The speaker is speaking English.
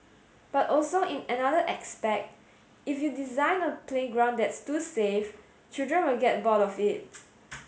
but also in another aspect if you design a playground that's too safe children will get bored of it